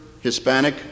Hispanic